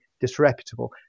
disreputable